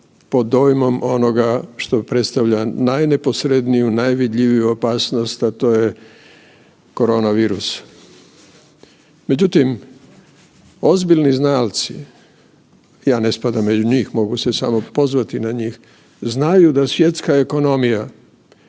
pod dojmom onoga što predstavlja najneposredniju, najvidljiviju opasnost, a to je koronavirus. Međutim, ozbiljni znalci, ja ne spadam među njih, mogu se samo pozvati na njih, znaju da svjetska ekonomija